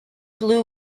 blew